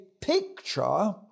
picture